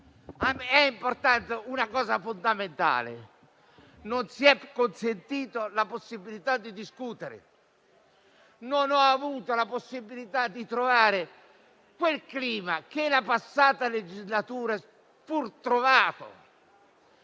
importante un aspetto fondamentale: non si è consentita la possibilità di discutere; non ho avuto la possibilità di trovare quel clima che nella passata legislatura fu trovato